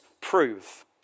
prove